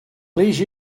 please